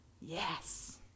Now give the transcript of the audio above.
Yes